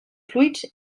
fluids